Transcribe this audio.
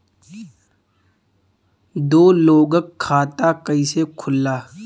दो लोगक खाता कइसे खुल्ला?